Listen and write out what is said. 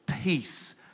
peace